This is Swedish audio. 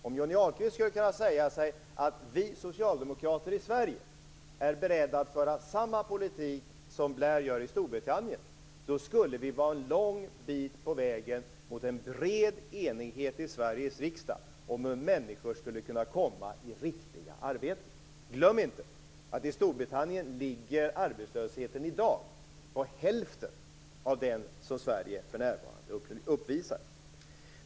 Om Johnny Ahlqvist kunde säga sig att socialdemokraterna i Sverige är beredda att föra samma politik som Blair gör i Storbritannien skulle vi vara en lång bit på väg mot en bred enighet i Sveriges riksdag om hur människor skulle kunna få riktiga arbeten. Glöm inte att i Storbritannien ligger arbetslösheten i dag på hälften av den som Sverige för närvarande uppvisar.